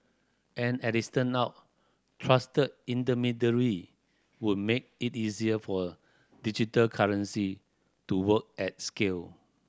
and as it turn out trusted intermediary would make it easier for digital currency to work at scale